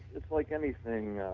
it's like anything